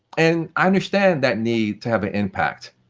and i understand that need to have an impact.